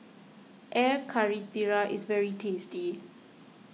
Air Karthira is very tasty